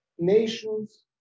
Nations